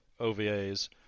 OVAs